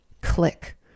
click